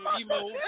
Emo